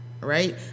right